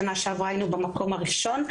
שנה שעברה היינו במקום הראשון.